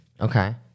Okay